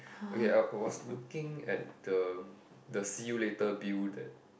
okay uh was looking at the the see you later Bill that